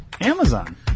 Amazon